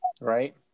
right